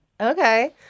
Okay